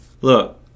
look